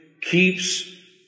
keeps